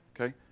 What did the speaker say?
Okay